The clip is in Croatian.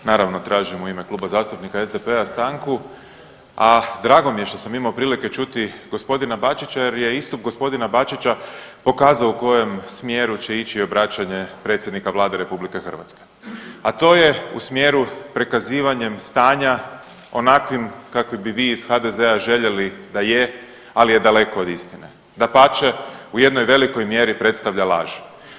Naravno tražim u ime Kluba zastupnika SDP-a stanku, a drago mi je što sam imao prilike čuti g. Bačića jer je istup g. Bačića pokazuje u kojem smjeru će ići obraćanje predsjednika Vlade RH, a to je u smjeru prikazivanjem stanja onakvim kakvim bi vi iz HDZ-a željeli da je, ali je daleko od istine, dapače u jednoj velikoj mjeri predstavlja laž.